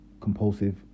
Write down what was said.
compulsive